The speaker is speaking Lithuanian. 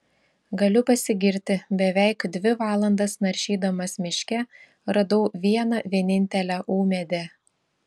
galiu pasigirti beveik dvi valandas naršydamas miške radau vieną vienintelę ūmėdę